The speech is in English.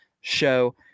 Show